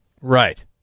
Right